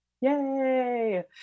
Yay